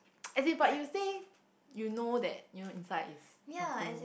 is about you say you know that you know inside is something